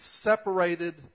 separated